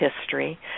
history